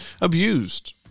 abused